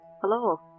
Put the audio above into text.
hello